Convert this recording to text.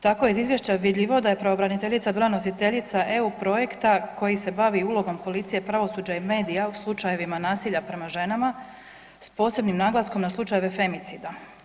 Tako je iz izvješća vidljivo da je pravobraniteljica bila nositeljica EU projekta koji se bavi ulogom policije, pravosuđa i medija u slučajevima nasilja prema ženama s posebnim naglaskom na slučajeve femicida.